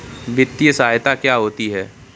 वित्तीय सहायता क्या होती है?